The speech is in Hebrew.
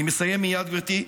אני מסיים מייד, גברתי.